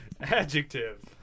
Adjective